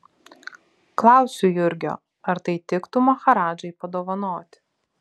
klausiu jurgio ar tai tiktų maharadžai padovanoti